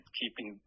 keeping